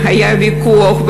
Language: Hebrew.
והיה ויכוח,